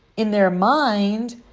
in their mind,